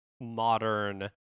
modern